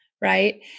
Right